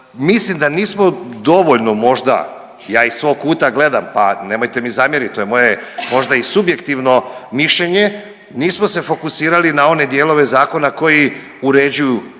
mislim da nismo dovoljno možda, ja iz svog kuta gledam pa nemojte mi zamjeriti to je moje možda i subjektivno mišljenje, nismo se fokusirali na one dijelove zakona koji uređuju